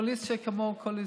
קואליציה כמו קואליציה.